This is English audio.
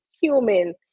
human